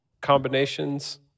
combinations